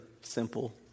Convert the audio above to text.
simple